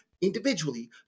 individually